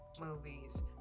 movies